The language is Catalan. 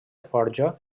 forja